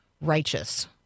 righteous